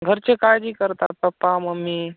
घरचे काळजी करतात पप्पा मम्मी